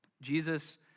Jesus